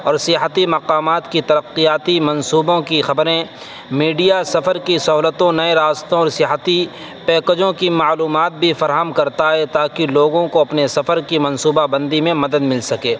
اور سیاحتی مقامات کی ترقیاتی منصوبوں کی خبریں میڈیا سفر کی سہولتوں نئے راستوں اور سیاحتی پیکجوں کی معلومات بھی فراہم کرتا ہے تاکہ لوگوں کو اپنے سفر کی منصوبہ بندی میں مدد مل سکے